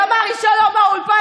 תמר איש שלום מהאולפן,